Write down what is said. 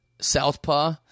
Southpaw